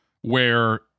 where-